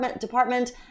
Department